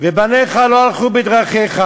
"ובניך לא הלכו בדרכיך,